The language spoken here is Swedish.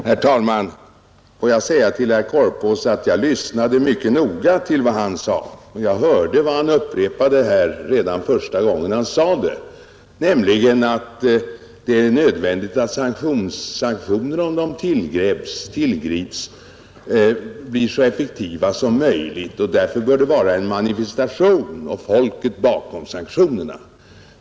Herr talman! Får jag säga till herr Korpås att jag lyssnade mycket noga till vad han sade. Redan första gången han sade det hörde jag vad han senare upprepade, nämligen att det är nödvändigt att sanktioner — om de tillgrips — blir så effektiva som möjligt och att det därför bör vara en uppslutning av en bred folkmajoritet bakom ett sanktionsbeslut.